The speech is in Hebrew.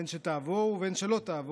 בין שתעבור ובין שלא תעבור,